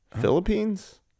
Philippines